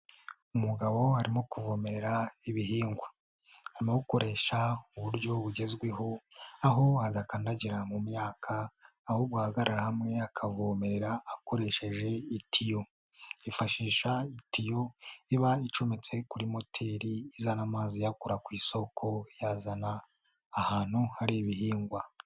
Umugabo arimo kuvomerera ibihingwa, arimo gukoresha uburyo bugezweho aho adakandagira mu myaka ahubwo ahagarara hamwe akavomerera akoresheje itiyo, yifashisha itiyo iba icometse kuri moteri izana amazi iyakura ku isoko, iyazana ahantu hari ibihingwa.